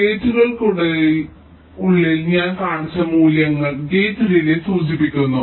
ഗേറ്റുകൾക്കുള്ളിൽ ഞാൻ കാണിച്ച മൂല്യങ്ങൾ ഗേറ്റ് ഡിലേയ് സൂചിപ്പിക്കുന്നു